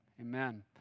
Amen